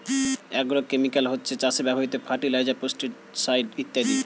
agrochemical হচ্ছে চাষে ব্যবহৃত ফার্টিলাইজার, পেস্টিসাইড ইত্যাদি